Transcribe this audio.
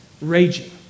raging